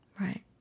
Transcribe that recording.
Right